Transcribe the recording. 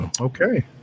okay